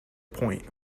point